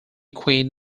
quinn